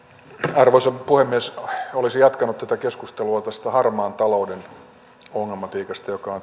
arvoisa puhemies olisin jatkanut keskustelua tästä harmaan talouden ongelmatiikasta joka on